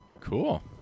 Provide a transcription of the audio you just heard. Cool